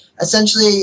essentially